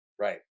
Right